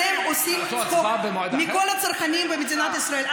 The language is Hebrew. אתם עושים צחוק מכל הצרכנים במדינת ישראל.